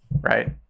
right